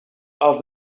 off